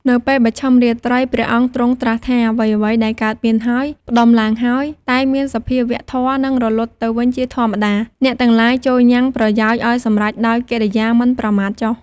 នៅពេលបច្ចឹមរាត្រី ព្រះអង្គទ្រង់ត្រាស់ថា "អ្វីៗដែលកើតមានហើយ ផ្តុំឡើងហើយ តែងមានសភាវៈធម៌ និងរលត់ទៅវិញជាធម្មតា អ្នកទាំងឡាយចូរញ៉ាំងប្រយោជន៍ឲ្យសម្រេចដោយកិរិយាមិនប្រមាទចុះ"។